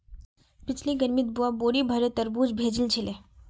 पिछली गर्मीत बुआ बोरी भोरे तरबूज भेजिल छिले